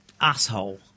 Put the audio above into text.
asshole